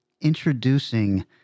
introducing